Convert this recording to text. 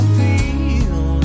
feel